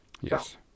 Yes